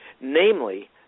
namely